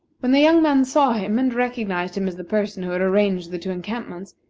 when the young man saw him, and recognized him as the person who had arranged the two encampments,